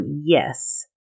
yes